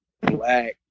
black